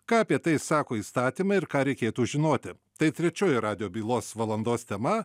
ką apie tai sako įstatymai ir ką reikėtų žinoti tai trečioji radijo bylos valandos tema